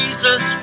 Jesus